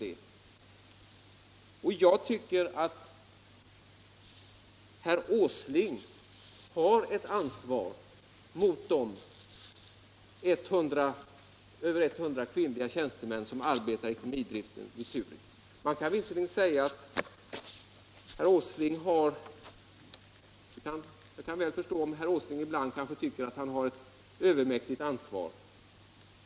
redan på att förbereda. Herr Åsling har enligt min mening ett ansvar för de över 100 kvinnliga tjänstemän som arbetar i ekonomidriften vid Turitz. Jag kan väl förstå att herr Åsling kanske ibland tycker att han har ett övermäktigt ansvar.